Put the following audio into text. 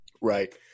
Right